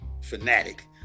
fanatic